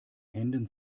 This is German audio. händen